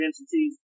entities